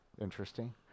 interesting